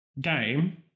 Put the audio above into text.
game